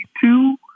two